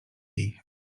jej